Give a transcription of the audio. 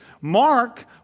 Mark